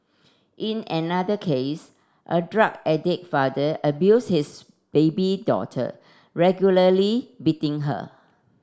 in another case a drug addict father abused his baby daughter regularly her